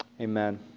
Amen